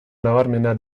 nabarmena